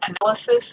analysis